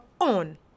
on